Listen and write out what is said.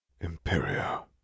Imperio